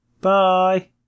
Bye